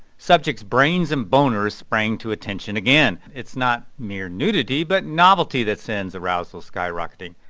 subjects' brains and boners sprang to attention again. it's not mere nudity, but novelty that sends arousal skyrocketing.